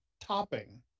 topping